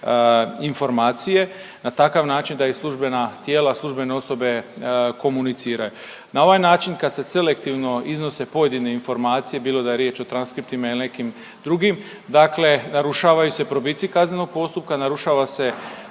informacije na takav način da i službena tijela, službene osobe komuniciraju. Na ovaj način kad se selektivno iznose pojedine informacije bilo da je riječ o transkriptima ili nekim drugim, dakle narušavaju se probici kaznenog postupka, narušava se